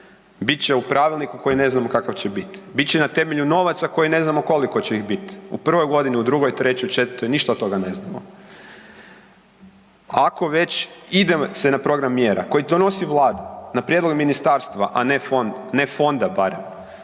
Bit će u pravilniku koji ne znamo kakav će biti. Bit će na temelju novaca koje ne znamo koliko će ih biti. U prvoj godini, u 2., 3., 4., ništa od toga ne znamo. Ako već ide se na program mjera, koji donosi Vlada na prijedlog ministarstva, a ne fonda barem,